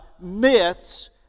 myths